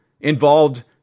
involved